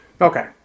Okay